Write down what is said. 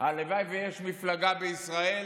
הלוואי שיש מפלגה בישראל